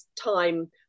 time